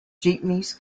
jeepneys